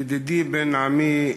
ידידי בן עמי,